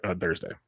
Thursday